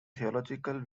theological